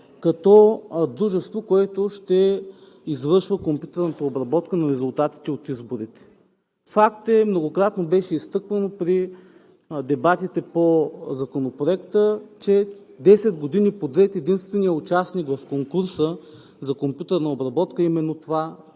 като дружество, което ще извършва компютърната обработка на резултатите от изборите. Факт е, многократно беше изтъквано при дебатите по Законопроекта, че 10 години подред единственият участник в конкурса за компютърна обработка е именно това